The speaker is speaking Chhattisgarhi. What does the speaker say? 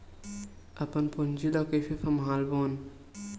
अपन पूंजी ला कइसे संभालबोन?